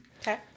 Okay